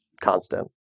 constant